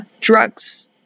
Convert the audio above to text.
drugs